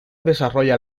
desarrolla